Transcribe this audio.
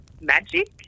magic